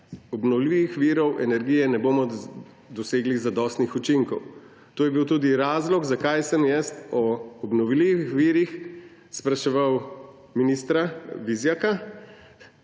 obnovljivih virov energije ne bomo dosegli zadostnih učinkov. To je bil tudi razlog, zakaj sem o obnovljivih virih spraševal ministra Vizjaka.